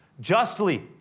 justly